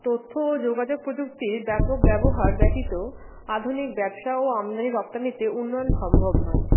তথ্য ও যোগাযোগ প্রযুক্তির ব্যাপক ব্যবহার ব্যতীত আধুনিক ব্যবসা ও আমদানি রপ্তানিতে উন্নয়ন সম্ভব নয়